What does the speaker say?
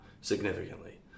significantly